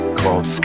called